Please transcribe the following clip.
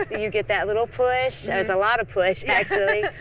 you get that little push. that's a lot of push, actually.